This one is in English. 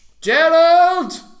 Gerald